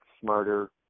smarter